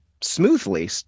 smoothly